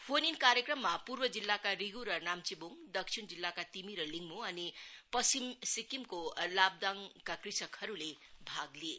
phone in कार्यक्रममा पूर्व जिल्लाका रिगु नाम्चेबोङ दक्षिण जिल्लाका तिमी लिङमु र पश्चिम सिक्किमको लाब्दाङका कृषकहरुले भाग लिए